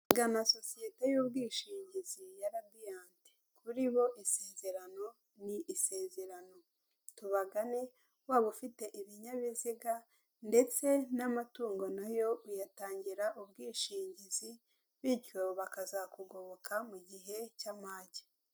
Gana sosiyete y'ubwishingizi ya radiyanti, kuri bo isezerano ni isezerano, tubagane waba ufite ibinyabiziga ndetse n'amatungo nayo uyatangira ubwishingizi, bityo bakazakugoboka mu gihe cy'amage.